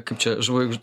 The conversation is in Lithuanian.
kaip čia žvaigž